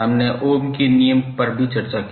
हमने ओम के नियम पर भी चर्चा की